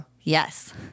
Yes